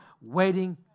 waiting